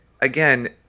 again